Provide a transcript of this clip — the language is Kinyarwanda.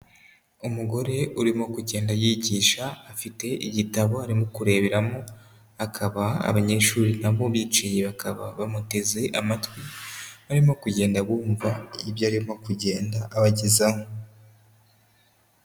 Umugore urimo kugenda yigisha, afite igitabo arimo kureberamo, akaba abanyeshuri na bo bicaye bakaba bamuteze amatwi, barimo kugenda bumva ibyo arimo kugenda abagezaho.